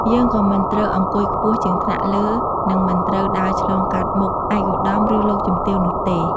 យើងក៏មិនត្រូវអង្គុយខ្ពស់ជាងថ្នាក់លើ និងមិនត្រូវដើរឆ្លងកាត់មុខឯកឧត្តម ឬលោកជំទាវនោះទេ។